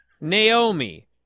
Naomi